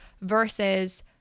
Versus